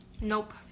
Nope